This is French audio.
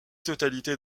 totalité